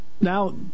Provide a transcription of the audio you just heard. now